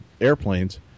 airplanes